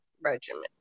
regimen